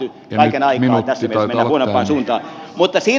kaiken aikaa tässä mennään huonompaan suuntaan